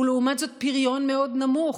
ולעומת זאת פריון מאוד נמוך.